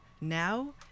Now